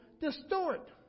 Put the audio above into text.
distort